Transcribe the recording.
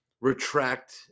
retract